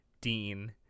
Dean